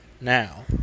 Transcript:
Now